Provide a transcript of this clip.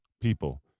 people